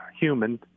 human